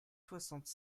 soixante